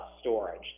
storage